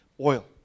oil